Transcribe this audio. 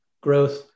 growth